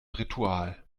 ritual